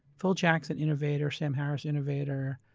phil jackson, innovator, sam harris, innovator.